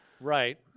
Right